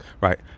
Right